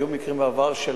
היו בעבר מקרים של